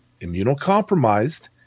immunocompromised